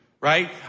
right